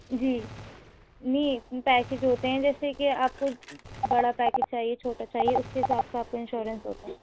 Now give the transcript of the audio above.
جی نہیں پیکج ہوتے ہیں جیسے کہ آپ کو بڑا پیکج چاہیے چھوٹا چاہیے اسی حساب سے آپ کا انشورنس ہوتا ہے